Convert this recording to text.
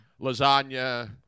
Lasagna